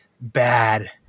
bad